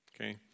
Okay